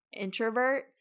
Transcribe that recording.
introverts